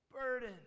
burden